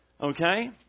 Okay